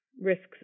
risks